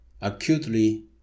Acutely